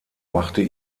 machte